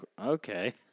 okay